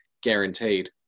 guaranteed